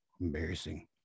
embarrassing